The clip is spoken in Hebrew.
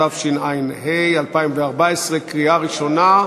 התשע"ה 2014. בקריאה ראשונה,